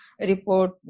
report